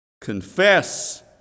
confess